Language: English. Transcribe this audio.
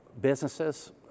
businesses